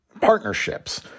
partnerships